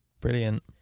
Brilliant